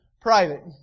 private